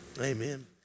Amen